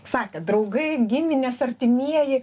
sakėt draugai giminės artimieji